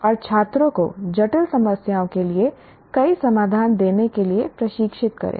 और छात्रों को जटिल समस्याओं के लिए कई समाधान देने के लिए प्रशिक्षित करें